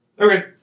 Okay